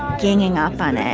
ganging up on. ah